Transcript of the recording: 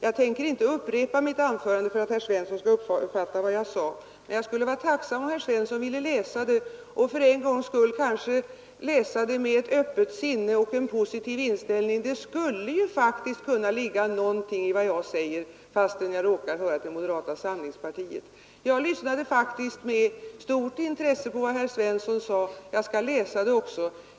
Jag tänker inte upprepa mitt anförande för att herr Svensson skall uppfatta vad jag sade, men jag skulle vara tacksam om herr Svensson ville läsa det och för en gångs skull kanske läsa det med ett öppet sinne och en positiv inställning. Det skulle ju faktiskt kunna ligga någonting i vad jag säger fastän jag råkar höra till moderata samlingspartiet. Jag lyssnade faktiskt med stort intresse på vad herr Svensson sade. Jag skall läsa det också.